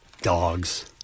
Dogs